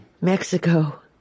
Mexico